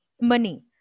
money